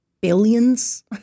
billions